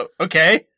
okay